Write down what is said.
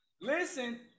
Listen